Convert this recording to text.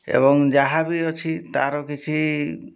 ଏବଂ ଯାହା ବି ଅଛି ତା'ର କିଛି